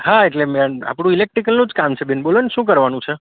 હા એટલે બેન આપણું ઇલેકટ્રીકલનું જ કામ છે બેન બોલો ને શું કરવાનું છે